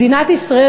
מדינת ישראל,